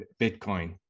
Bitcoin